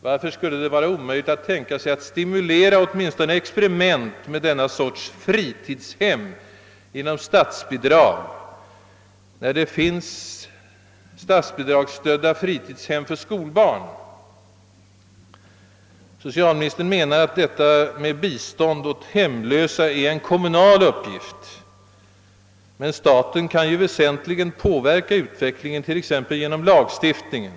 Varför skulle det vara omöjligt att stimulera åtminstone experiment med fritidshem av detta slag genom statsbidrag, när det finns statsbidragsstödda fritidshem för skolbarn? Socialministern menar att detta med bistånd åt hemlösa är en kommunal uppgift. Men staten kan ju väsentligt påverka utvecklingen exempelvis genom lagstiftningen.